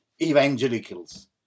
evangelicals